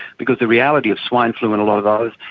because the reality of swine flu and a lot of others,